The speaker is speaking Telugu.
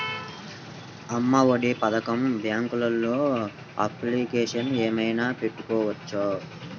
అమ్మ ఒడి పథకంకి బ్యాంకులో అప్లికేషన్ ఏమైనా పెట్టుకోవచ్చా?